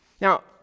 Now